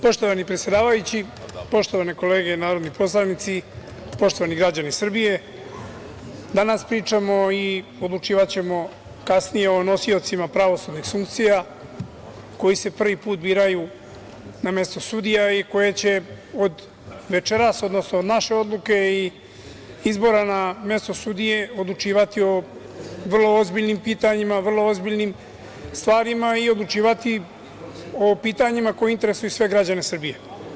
Poštovani predsedavajući, poštovane kolege narodni poslanici, poštovani građani Srbije, danas pričamo i odlučivaćemo kasnije o nosiocima pravosudnih funkcija koji se prvi put biraju na mesto sudija i koji će od večeras, odnosno od naše odluke i izbora na mesto sudije odlučivati o vrlo ozbiljnim pitanjima, vrlo ozbiljnim stvarima i odlučivati o pitanjima koja interesuju sve građane Srbije.